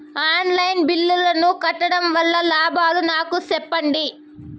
On line బిల్లుల ను కట్టడం వల్ల లాభాలు నాకు సెప్పండి?